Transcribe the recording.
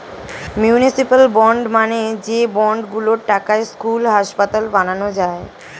municipal bond মানে যে bond গুলোর টাকায় স্কুল, হাসপাতাল বানানো যায়